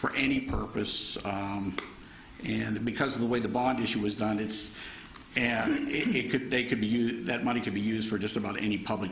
for any purpose and because of the way the bond issue was done it's it could they could be used that money could be used for just about any public